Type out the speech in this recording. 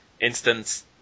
instance